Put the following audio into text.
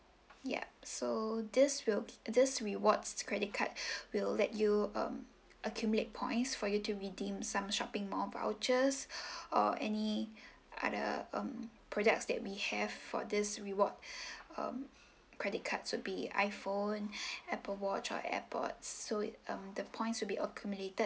yup so this will this rewards credit card will let you um accumulate points for you to redeem some shopping mall vouchers or any other um products that we have for this reward um credit cards would be iphone apple watch or airpod so um the points would be accumulated